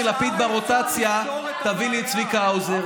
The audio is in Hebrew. לפיד ברוטציה תביא לי את צביקה האוזר.